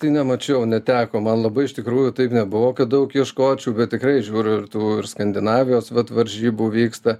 tai nemačiau neteko man labai iš tikrųjų taip nebuvo daug ieškočiau bet tikrai žiūriu ir tų ir skandinavijos vat varžybų vyksta